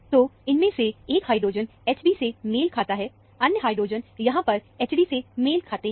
तो इनमें से एक हाइड्रोजन Hb से मेल खाता है अन्य हाइड्रोजन यहां पर Hd से मेल खाते है